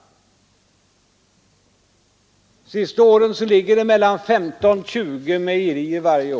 Under det senaste året ligger siffran på mellan 15 och 20 mejerier varje år.